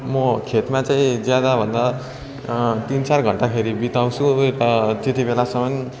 म खेतमा चाहिँ ज्यादा भन्दा तिन चार घन्टाखेरि बिताउँछु त्यति बेलासम्म